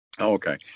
Okay